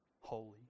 holy